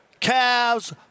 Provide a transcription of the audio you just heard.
Cavs